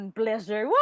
pleasure